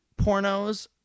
pornos